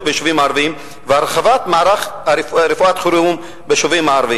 ביישובים הערביים והרחבת מערך רפואת החירום ביישובים הערביים.